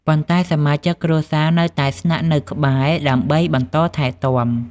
ប៉ុន្តែ សមាជិកគ្រួសារនៅតែស្នាក់នៅក្បែរ ដើម្បីបន្តថែទាំ។